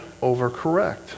overcorrect